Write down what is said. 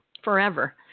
Forever